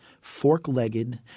fork-legged